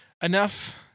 enough